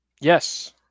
Yes